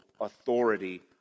authority